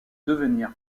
devenir